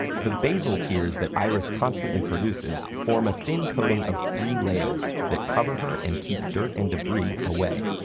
the basal tears that iris constantly produces form a thin coating of three layers that cover her and keep dirt and debris away.